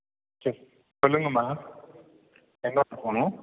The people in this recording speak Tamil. சொல்லுங்கம்மா எந்த எடத்துக்கு போகணும்